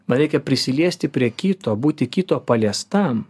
man reikia prisiliesti prie kito būti kito paliestam